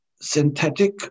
synthetic